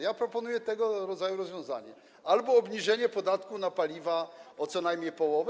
Ja proponuję tego rodzaju rozwiązanie albo obniżenie podatku od paliw o co najmniej połowę.